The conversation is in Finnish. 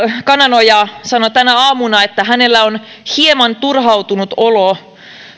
kananoja sanoi tänä aamuna että hänellä on hieman turhautunut olo